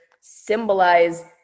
symbolize